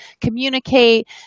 communicate